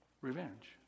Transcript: revenge